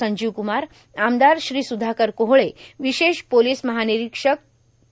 संजीव कुमार आमदार सुधाकर कोहळे ववशेष पोलोस महार्नारक्षक के